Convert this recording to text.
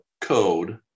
code